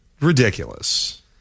ridiculous